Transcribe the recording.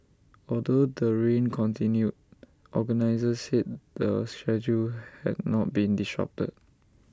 although the rain continued organisers said the schedule had not been disrupted